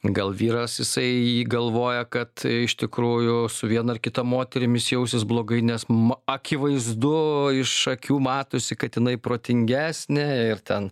gal vyras jisai galvoja kad iš tikrųjų su viena ar kita moterim jis jausis blogai nes ma akivaizdu iš akių matosi kad jinai protingesnė ir ten